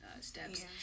steps